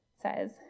says